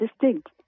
distinct